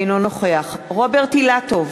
אינו נוכח רוברט אילטוב,